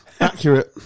Accurate